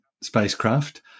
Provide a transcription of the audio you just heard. spacecraft